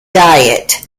diet